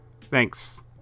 Thanks